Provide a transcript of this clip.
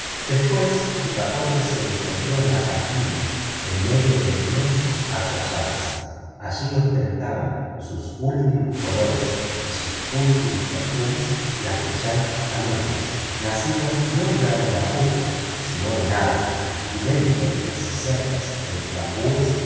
despues picaporte se encontró en la campiña en medio de inmensos arrozales allí ostentaban sus últimos colores y sus últimos perfumes las brillantes camelias nacidas no ya en arbustos sino en árboles y dentro de las cercas de los bambúes